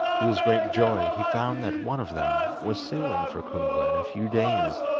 to his great joy, he found that one of them was sailing for kungla in a few days,